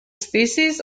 species